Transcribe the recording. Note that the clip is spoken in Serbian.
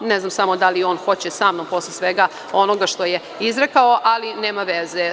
Ne znam samo da li on hoće sa mnom, posle svega onoga što je izrekao, ali nema veze.